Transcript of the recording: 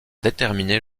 déterminer